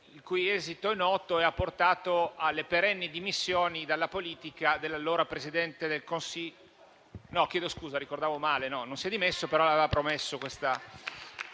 il cui esito è noto e che ha portato alle perenni dimissioni dalla politica dell'allora Presidente del Consiglio.